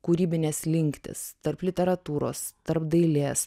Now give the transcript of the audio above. kūrybinės slinktys tarp literatūros tarp dailės